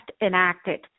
enacted